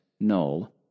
null